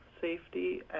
safety